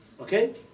Okay